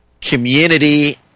community